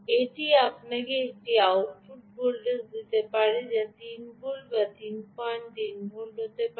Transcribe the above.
এটি আপনাকে একটি আউটপুট ভোল্টেজ দিতে পারে যা 3 ভোল্ট বা 33 ভোল্ট হতে পারে